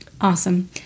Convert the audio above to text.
Awesome